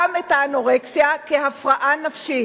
גם את האנורקסיה כהפרעה נפשית.